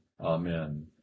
Amen